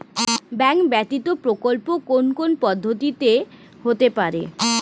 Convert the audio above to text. Bank ব্যতীত বিকল্প কোন কোন পদ্ধতিতে হতে পারে?